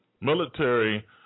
military